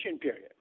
period